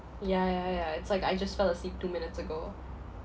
ya ya ya it's like I just fell asleep two minutes ago